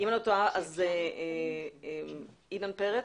אילן פרץ,